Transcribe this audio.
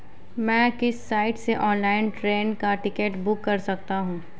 मैं किस साइट से ऑनलाइन ट्रेन का टिकट बुक कर सकता हूँ?